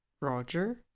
roger